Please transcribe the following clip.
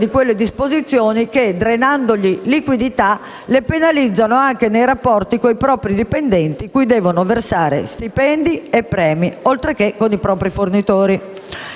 Grazie!